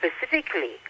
specifically